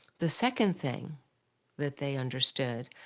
the second thing that they understood,